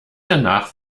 danach